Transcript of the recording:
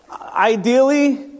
Ideally